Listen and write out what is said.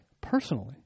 personally